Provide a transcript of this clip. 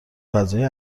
فضای